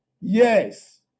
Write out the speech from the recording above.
Yes